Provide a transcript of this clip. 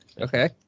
okay